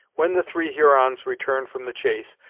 when the three hurons returned from the chase,